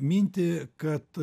mintį kad